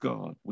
God